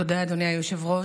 תודה, אדוני היושב-ראש.